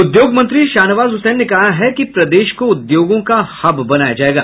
उद्योग मंत्री शाहनवाज हुसैन ने कहा है कि प्रदेश को उद्योगों का हब बनाया जाएगा